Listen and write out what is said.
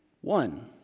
one